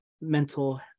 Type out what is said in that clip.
mental